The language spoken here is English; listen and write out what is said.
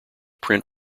print